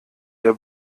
der